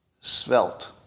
svelte